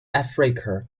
africa